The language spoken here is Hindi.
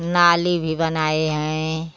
नाली भी बनाए हैं